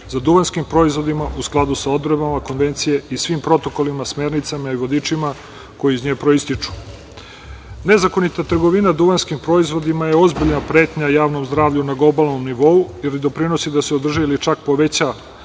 za duvanskim proizvodima u skladu sa odredbama Konvencije i svim protokolima, smernicama i vodičima koji iz nje proističu. Nezakonita trgovina duvanskim proizvodima je ozbiljna pretnja javnom zdravlju na globalnom nivou, jer doprinosi da se održi ili čak poveća